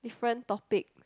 different topic